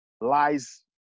lies